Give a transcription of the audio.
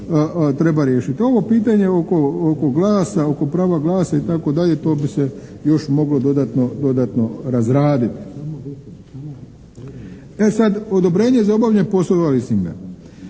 oko glasa, oko prava glasa itd. to bi se još moglo dodatno razraditi. E sad, odobrenje za obavljanje poslova leasinga.